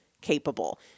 capable